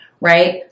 right